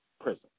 prison